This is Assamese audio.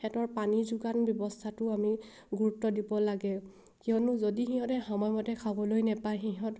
সিহঁতৰ পানীৰ যোগান ব্যৱস্থাটো আমি গুৰুত্ব দিব লাগে কিয়নো যদি সিহঁতে সময়মতে খাবলৈ নাপায় সিহঁত